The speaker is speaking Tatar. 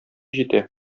җитә